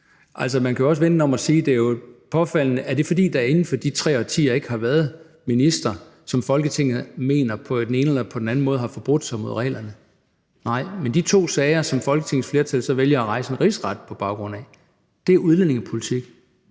man kan jo også vende den om og sige, at det jo er påfaldende. Er det, fordi der inden for de tre årtier ikke har været ministre, som Folketinget på den ene eller den anden måde mener har forbrudt sig mod reglerne? Nej, men de to sager, som Folketingets flertal så vælger at rejse en rigsretssag på baggrund af, handler om udlændingepolitik.